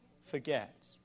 forget